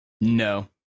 no